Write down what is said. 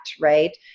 right